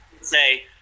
Say